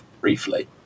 briefly